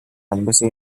embassy